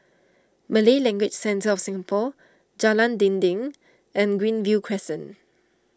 Malay Language Centre of Singapore Jalan Dinding and Greenview Crescent